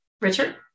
Richard